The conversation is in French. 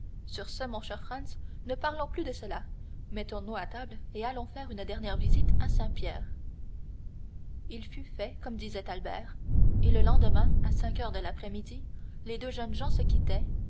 sur ce mon cher franz ne parlons plus de cela mettons-nous à table et allons faire une dernière visite à saint-pierre il fut fait comme disait albert et le lendemain à cinq heures de l'après-midi les deux jeunes gens se quittaient